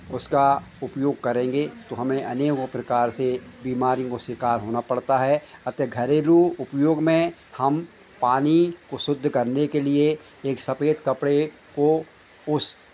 उसका उपयोग करेंगे तो हमे अनेको प्रकार से बीमारी का शिकार होना पड़ता है अतः घरेलू उपयोग में हम पानी को शुद्ध करने के लिए एक सफ़ेद कपड़े को उस